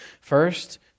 First